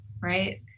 Right